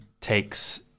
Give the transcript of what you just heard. takes